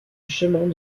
chemins